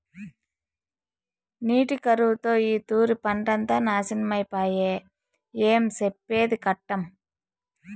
నీటి కరువుతో ఈ తూరి పంటంతా నాశనమై పాయె, ఏం సెప్పేది కష్టం